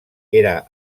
era